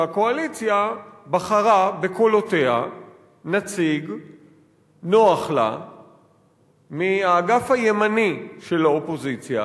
שהקואליציה בחרה בקולותיה נציג נוח לה מהאגף הימני של האופוזיציה,